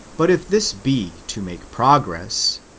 but if this be to make progress,